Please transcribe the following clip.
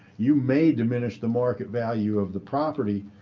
you may diminish the market value of the property.